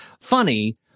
funny